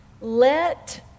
Let